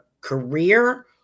career